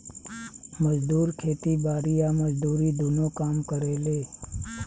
मजदूर खेती बारी आ मजदूरी दुनो काम करेले